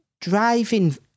driving